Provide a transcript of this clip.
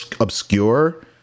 obscure